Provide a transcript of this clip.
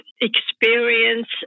experience